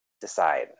decide